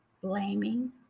blaming